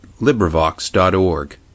LibriVox.org